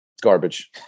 Garbage